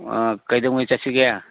ꯀꯩꯗꯧꯉꯩ ꯆꯠꯁꯤꯒꯦ